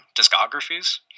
discographies